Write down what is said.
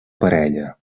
parella